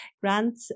Grant